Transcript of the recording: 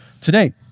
today